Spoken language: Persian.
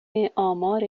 آمار